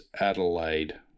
Adelaide